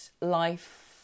life